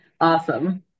Awesome